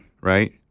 Right